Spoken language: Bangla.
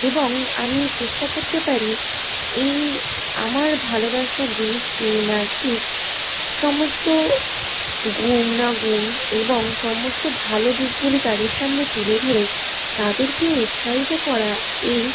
এবং আমি চেষ্টা করতে পারি এই আমার ভালোবাসার জিনিসটি এই নাচটির সমস্ত গুণাগুণ এবং সমস্ত ভালো দিকগুলি তাদের সামনে তুলে ধরে তাদেরকে উৎসাহিত করা এই